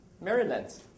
Maryland